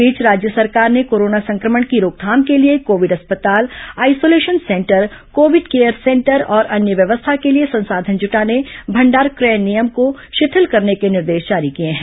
इस बीच राज्य सरकार ने कोरोना संक्रमण की रोकथाम के लिए कोविड अस्पताल isolation centre Covid care centre और अन्य व्यवस्था के लिए संसाधन जुटाने भंडार क्रय नियम को शिथिल करने के निर्देश जारी किए हैं